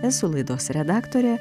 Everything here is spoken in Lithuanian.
esu laidos redaktorė